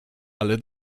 ale